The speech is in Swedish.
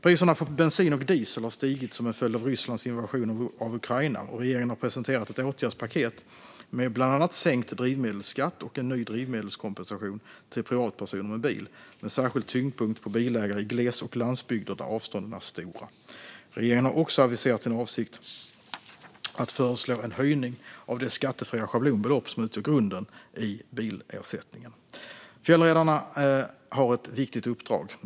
Priserna på bensin och diesel har stigit som en följd av Rysslands invasion av Ukraina, och regeringen har presenterat ett åtgärdspaket med bland annat sänkt drivmedelsskatt och en ny drivmedelskompensation till privatpersoner med bil, med särskild tyngdpunkt på bilägare i gles och landsbygder där avstånden är stora. Regeringen har också aviserat sin avsikt att föreslå en höjning av det skattefria schablonbelopp som utgör grunden i bilersättningen. Fjällräddarna har ett viktigt uppdrag.